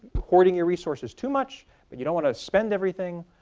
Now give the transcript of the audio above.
hoarding your resources too much but you don't want to spend everything.